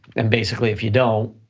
and basically if you don't,